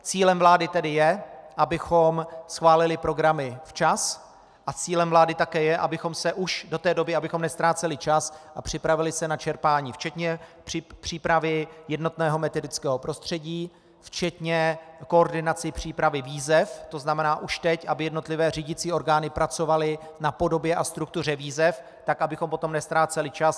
Cílem vlády tedy je, abychom schválili programy včas, a cílem vlády také je, abychom se už do té doby, abychom neztráceli čas, připravili na čerpání, včetně přípravy jednotného metodického prostředí, včetně koordinace přípravy výzev, tzn. už teď aby jednotlivé řídicí orgány pracovaly na podobě a struktuře výzev tak, abychom potom neztráceli čas.